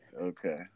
Okay